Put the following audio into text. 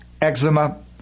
eczema